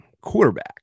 quarterback